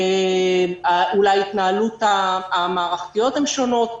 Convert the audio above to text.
אולי ההתנהלויות המערכתיות שונות.